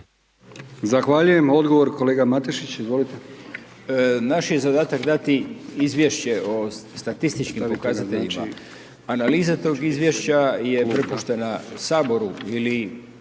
izvolite. **Matešić, Goran** Naš je zadatak dati izvješće o statističkim pokazateljima. Analiza tog izvješća je prepuštena HS ili